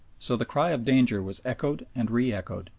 so the cry of danger was echoed and re-echoed,